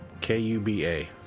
K-U-B-A